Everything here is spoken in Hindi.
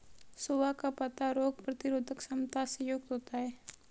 सोआ का पत्ता रोग प्रतिरोधक क्षमता से युक्त होता है